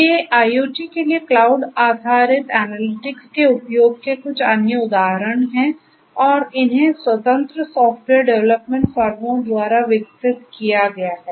ये IoT के लिए क्लाउड आधारित एनालिटिक्स के उपयोग के कुछ अन्य उदाहरण हैं और इन्हें स्वतंत्र सॉफ़्टवेयर डेवलपमेंट फर्मों द्वारा विकसित किया गया है